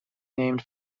named